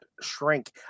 shrink